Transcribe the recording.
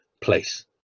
place